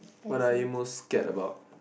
what I more scared about